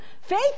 faith